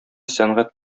сәнгать